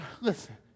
listen